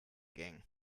ging